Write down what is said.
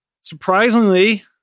surprisingly